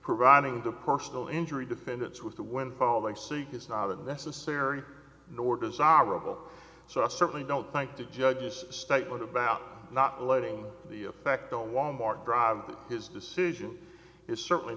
providing to personal injury defendants with the windfall they seek is not a necessary nor desirable so i certainly don't think the judge is a statement about not letting the affect on wal mart drive his decision is certainly